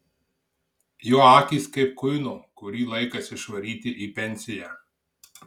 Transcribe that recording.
jo akys kaip kuino kurį laikas išvaryti į pensiją